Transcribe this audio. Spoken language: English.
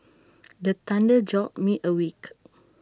the thunder jolt me awake